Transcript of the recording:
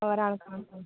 ഓരോ ആൾകാർക്കോ